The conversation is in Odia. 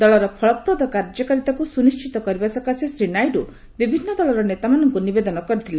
ଦଳର ଫଳପ୍ରଦ କାର୍ଯ୍ୟକାରିତାକୁ ସୁନିଶ୍ଚିତ କରିବା ସକାଶେ ଶ୍ରୀ ନାଇଡୁ ବିଭିନ୍ନ ଦଳର ନେତାମାନଙ୍କୁ ନିବେଦନ କରିଥିଲେ